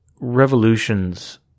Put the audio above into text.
revolutions